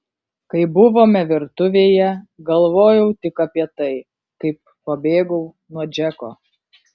kai buvome virtuvėje galvojau tik apie tai kaip pabėgau nuo džeko